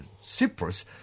Cyprus